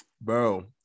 Bro